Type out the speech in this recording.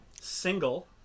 Single